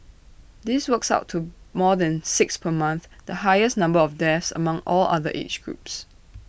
this works out to more than six per month the highest number of deaths among all other age groups